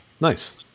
nice